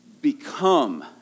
Become